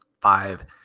five